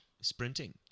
sprinting